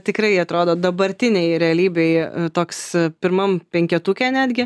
tikrai atrodo dabartinėj realybėj toks pirmam penketuke netgi